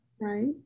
Right